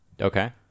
Okay